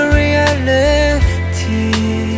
reality